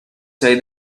said